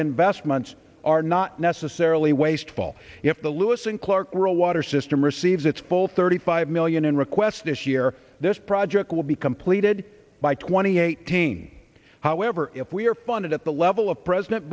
investments are not necessarily wasteful if the lewis and clark were a water system receives its full thirty five million in requests this year this project will be completed by twenty eighteen however if we are funded at the level of president